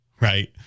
right